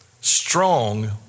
Strong